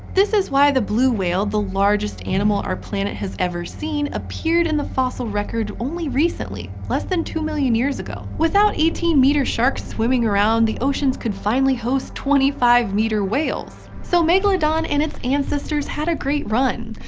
this is why the blue whale, the largest animal our planet has ever seen, appeared in the fossil record only recently less than two million years ago. without eighteen meter sharks swimming around, the oceans could finally host twenty five meter whales. so, megalodon and its ancestors had a great run.